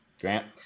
Grant